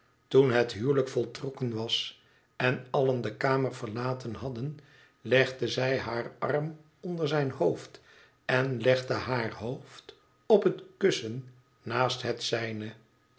toen het huwelijk voltrokken was en allen de kamer verlaten hadden legde zij haar arm onder zijn hoofd en legde haar hoofd op het kussen naast het zijne